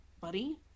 buddy